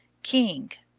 king.